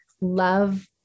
love